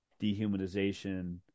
dehumanization